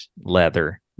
leather